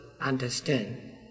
understand